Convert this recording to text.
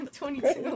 22